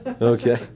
okay